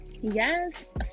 Yes